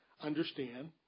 understand